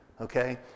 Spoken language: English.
Okay